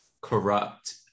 corrupt